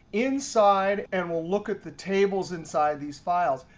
inside and we'll look at the tables inside these files.